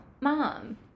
mom